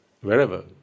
wherever